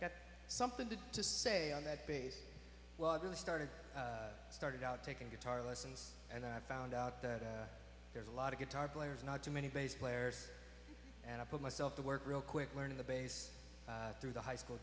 got something to to say on that base well it really started started out taking guitar lessons and i found out that there's a lot of guitar players not too many bass players and i put myself to work real quick learning the bass through the high school